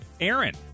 Aaron